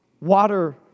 water